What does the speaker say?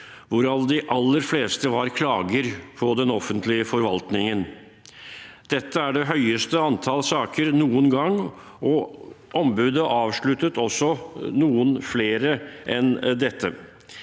hvorav de aller fleste var klager på den offentlige forvaltningen. Dette er det høyeste antall saker noen gang, og ombudet avsluttet også noen flere enn dette.